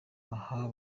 aha